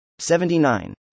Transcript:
79